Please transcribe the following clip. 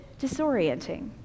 disorienting